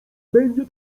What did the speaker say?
będzie